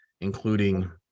including